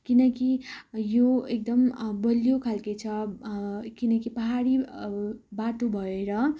किनकि यो एकदम बलियो खाल्के छ किनकि पहाडी बाटो भएर